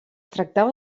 tractava